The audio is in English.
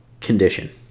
condition